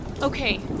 okay